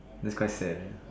that's quite sad ah